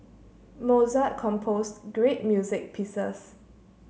Mozart composed great music pieces